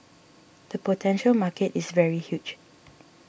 the potential market is very huge